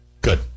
Good